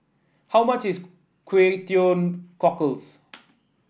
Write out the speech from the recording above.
how much is Kway Teow Cockles